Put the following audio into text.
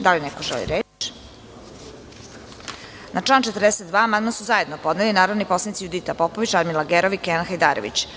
Da li neko želi reč? (Ne.) Na član 42. amandman su zajedno podneli narodni poslanici Judita Popović, Radmila Gerov i Kenan Hajdarević.